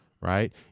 Right